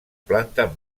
planta